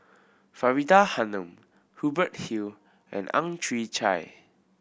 Faridah Hanum Hubert Hill and Ang Chwee Chai